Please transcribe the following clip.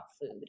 food